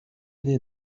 wie